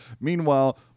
Meanwhile